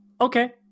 Okay